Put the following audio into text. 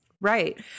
Right